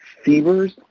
fevers